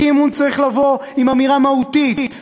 אי-אמון צריך לבוא עם אמירה מהותית,